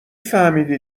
فهمیدی